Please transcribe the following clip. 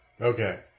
Okay